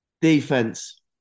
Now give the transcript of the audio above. Defense